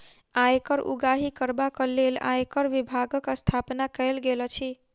आयकर उगाही करबाक लेल आयकर विभागक स्थापना कयल गेल अछि